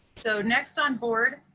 so next on board,